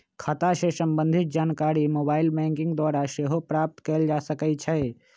खता से संबंधित जानकारी मोबाइल बैंकिंग द्वारा सेहो प्राप्त कएल जा सकइ छै